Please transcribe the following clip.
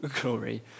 glory